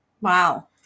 Wow